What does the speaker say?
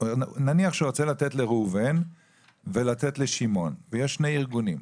נניח שהוא רוצה לתת לראובן ולתת לשמעון ויש שני ארגונים,